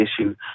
issue